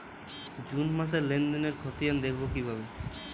June মাসের লেনদেনের খতিয়ান দেখবো কিভাবে?